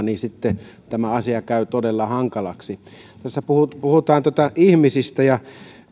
niin sitten tämä asia käy todella hankalaksi tässä puhutaan ihmisistä ja